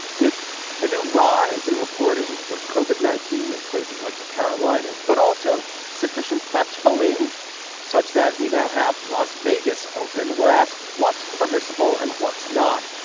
with a new rise in reporting's of koven nineteen in places like the carolinas, but also sufficient plateauing such that we now have las vegas open, we're asked what's permissible and what's not.